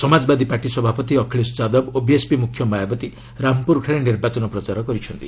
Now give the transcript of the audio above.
Samajwadi party ସଭାପତି ଅଖିଳେଶ ଯାଦବ ଓ BSP ମୁଖ୍ୟ ମାୟାବତୀ ରାମପୁରଠାରେ ନିର୍ବାଚନ ପ୍ରଚାର କରିଛନ୍ତି